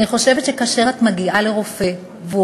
אני חושבת שכאשר את מגיעה לרופא והוא